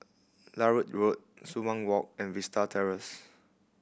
Larut Road Sumang Walk and Vista Terrace